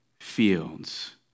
fields